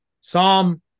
Psalm